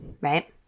Right